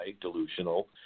delusional